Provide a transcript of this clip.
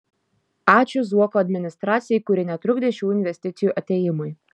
ačiū zuoko administracijai kuri netrukdė šių investicijų atėjimui